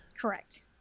Correct